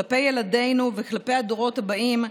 כלפי ילדינו וכלפי הדורות הבאים,